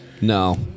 no